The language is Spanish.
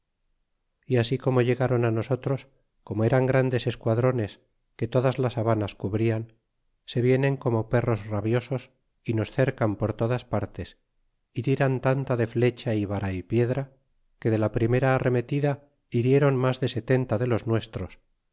y así como llegaron á nosotros como eran grandes esquadrones que todas las habanas cubrian se vienen como perros rabiosos y nos cercan por todas partes y tiran tanta de flecha y vara y piedra que de la primera arremetida hirieron mas de setenta de los nuestros